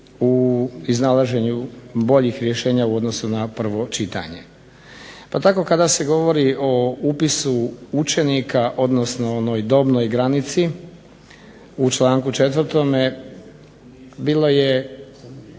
u iznalaženju boljih rješenja u odnosu na prvo čitanje. Pa tako kada se govori o upisu učenika odnosno o onoj dobnoj granici u članku 4. bilo je